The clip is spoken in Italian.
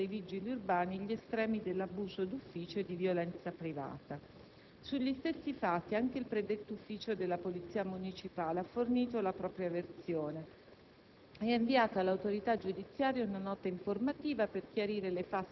una denuncia nella quale, richiamando quanto avvenuto, ha contestato nella condotta dei vigili urbani gli estremi dell'abuso d'ufficio e della violenza privata. Sugli stessi fatti anche il predetto ufficio della Polizia municipale ha fornito la propria versione,